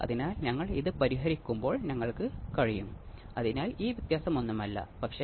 അതിനാൽ ഇതാണ് ഓപ്ആംപ്